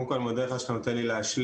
קודם כל אני מודה לך שאתה נותן לי להשלים.